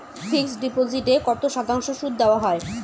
Fixed ডিপোজিটে কত শতাংশ সুদ দেওয়া হয়?